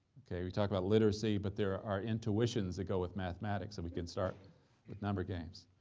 okay, we talk about literacy, but there are intuitions that go with mathematics that we can start with number games.